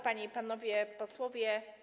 Panie i Panowie Posłowie!